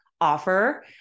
offer